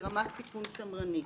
ברמת סיכון שמרנית.